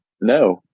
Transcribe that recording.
No